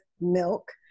milk